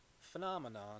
phenomenon